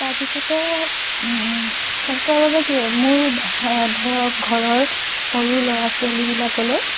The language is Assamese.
তাৰ পিছতে স্বাস্থ্যৰ বাবে কি মোৰ ধৰক ঘৰৰ সৰু ল'ৰা ছোৱালীবিলাকলৈ